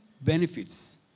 benefits